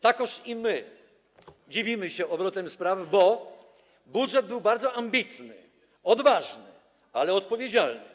Takoż i my dziwimy się obrotem spraw, bo budżet był bardzo ambitny, odważny, ale odpowiedzialny.